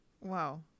wow